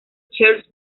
charles